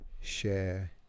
share